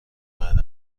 بعد